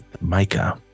mica